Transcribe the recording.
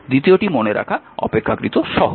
দ্বিতীয়টি মনে রাখা অপেক্ষাকৃত সহজ